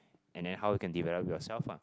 and then how you can develop yourself ah